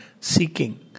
seeking